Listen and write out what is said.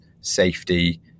safety